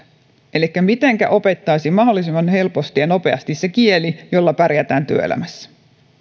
elikkä mitenkä opittaisiin mahdollisimman helposti ja nopeasti se kieli jolla pärjätään työelämässä